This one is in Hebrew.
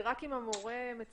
זה רק אם המורה מציע?